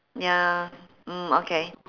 ya mm okay